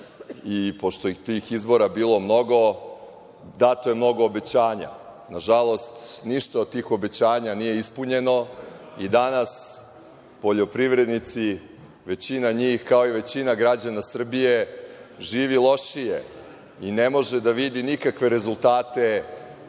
i pošto je tih izbora bilo mnogo, dato je mnogo obećanja. Nažalost, ništa od tih obećanja nije ispunjeno i danas poljoprivrednici, većina njih, kao i većina građana Srbije, žive lošije i ne mogu da vide nikakve rezultate